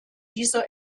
dieser